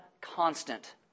constant